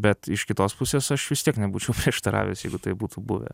bet iš kitos pusės aš vis tiek nebūčiau prieštaravęs jeigu tai būtų buvę